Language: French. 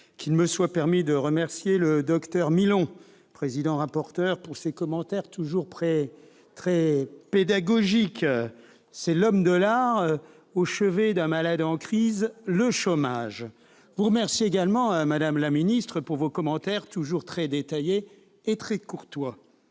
qu'il me soit permis de remercier le docteur Milon, président-rapporteur, pour ses commentaires toujours très pédagogiques. C'est l'homme de l'art au chevet d'un malade en crise, le chômage ! Je vous remercie également, madame la ministre, pour vos commentaires toujours très détaillés et courtois.